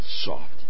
soft